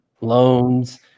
loans